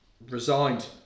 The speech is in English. Resigned